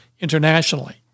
internationally